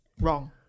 wrong